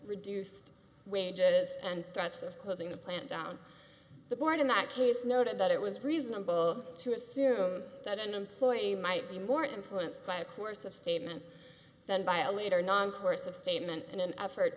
reduced wages and threats of closing the plant down the board in that case noted that it was reasonable to assume that an employee might be more influenced by a course of statement than by a later non coercive statement in an effort